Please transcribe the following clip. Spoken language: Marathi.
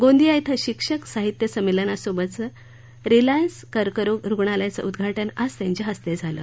गोंदिया इथं शिक्षक साहित्य संमेलनासोबतचं रिलायन्स कर्करोग रुग्णालयाचं उद्घाटन आज त्यांच्या हस्ते झालं